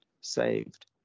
saved